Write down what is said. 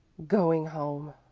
going home,